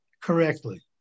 correctly